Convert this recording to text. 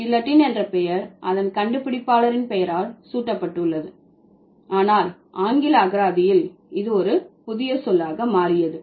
guillotine என்ற பெயர் அதன் கண்டுபிடிப்பாளரின் பெயரால் சூட்டப்பட்டுள்ளது ஆனால் ஆங்கில அகராதியில் இது ஒரு புதிய சொல்லாக மாறியது